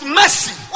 mercy